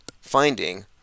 finding